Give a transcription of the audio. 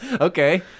okay